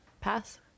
Pass